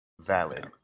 Valid